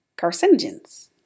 carcinogens